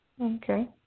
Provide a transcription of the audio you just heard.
Okay